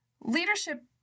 Leadership